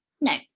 No